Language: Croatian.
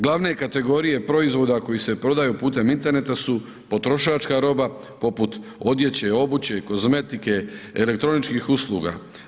Glavne kategorije proizvoda koji se prodaju putem interneta su potrošačka roba, poput odjeće i obuće, kozmetike, elektroničkih usluga.